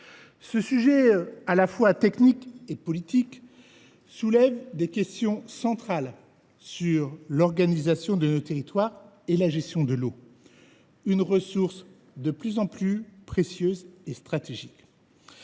Ce sujet, à la fois technique et politique, soulève des questions centrales sur l’organisation de nos territoires et la gestion de l’eau, une ressource de plus en plus précieuse et stratégique.